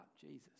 jesus